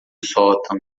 sótão